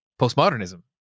postmodernism